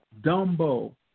Dumbo